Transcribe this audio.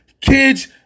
Kids